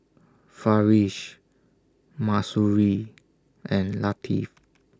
Farish Mahsuri and Latif